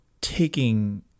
taking